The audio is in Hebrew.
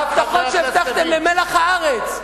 ההבטחות שהבטחתם למלח הארץ,